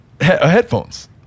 Headphones